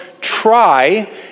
try